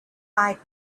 eyed